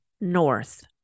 north